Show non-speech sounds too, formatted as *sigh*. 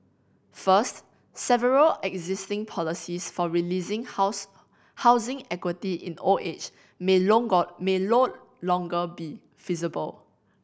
first several existing policies for releasing house housing equity in old age may *unintelligible* may no longer be feasible